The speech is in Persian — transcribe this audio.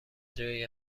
جایی